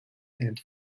and